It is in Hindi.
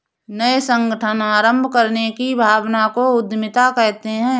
नये संगठन आरम्भ करने की भावना को उद्यमिता कहते है